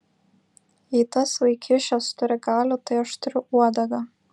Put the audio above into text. jei tas vaikiščias turi galių tai aš turiu uodegą